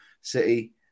City